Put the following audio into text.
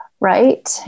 right